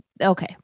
Okay